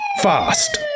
fast